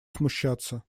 смущаться